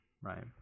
right